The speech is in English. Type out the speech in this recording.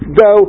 go